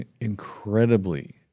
incredibly